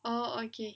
oh okay